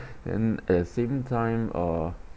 then at the same time uh